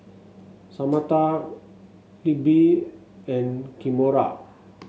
Samatha Libby and Kimora